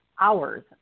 hours